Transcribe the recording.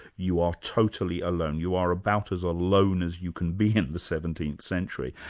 you are totally alone, you are about as alone as you can be in the seventeenth century.